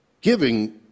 Giving